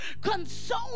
consume